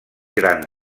gran